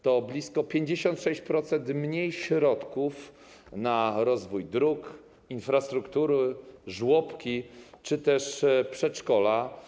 To blisko 56% środków mniej na rozwój dróg, infrastruktury, żłobki czy też przedszkola.